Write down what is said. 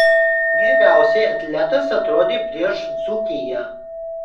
geriausiai atletas atrodė prieš dzūkiją